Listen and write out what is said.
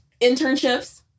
internships